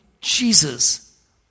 Jesus